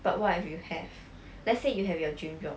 but what if you have let's say you have your dream job